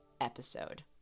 episode